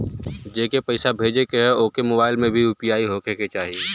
जेके पैसा भेजे के ह ओकरे मोबाइल मे भी यू.पी.आई होखे के चाही?